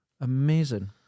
amazing